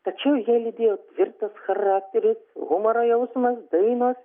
tačiau ją lydėjo tvirtas charakteris humoro jausmas dainos